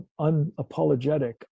unapologetic